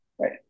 Right